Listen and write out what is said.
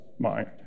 mind